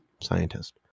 scientist